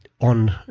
on